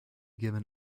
given